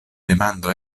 demando